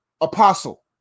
Apostle